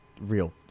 real